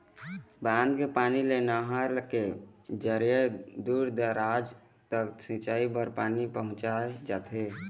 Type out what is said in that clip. बांध के पानी ल नहर के जरिए दूर दूराज तक सिंचई बर पानी पहुंचाए जाथे